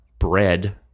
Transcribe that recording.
bread